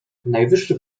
najwyższy